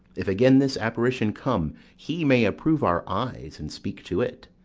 if again this apparition come he may approve our eyes and speak to it.